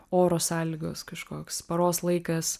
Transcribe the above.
oro sąlygos kažkoks paros laikas